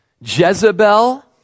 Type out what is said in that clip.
Jezebel